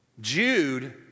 Jude